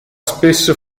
spesso